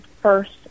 first